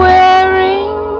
Wearing